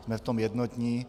Jsme v tom jednotní.